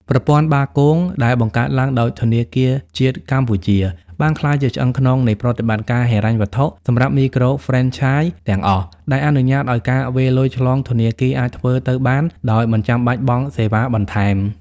ប្រព័ន្ធ បាគង (Bakong) ដែលបង្កើតឡើងដោយធនាគារជាតិកម្ពុជា បានក្លាយជាឆ្អឹងខ្នងនៃប្រតិបត្តិការហិរញ្ញវត្ថុសម្រាប់មីក្រូហ្វ្រេនឆាយទាំងអស់ ដែលអនុញ្ញាតឱ្យការវេរលុយឆ្លងធនាគារអាចធ្វើទៅបានដោយមិនចាំបាច់បង់សេវាបន្ថែម។